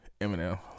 Eminem